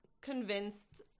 convinced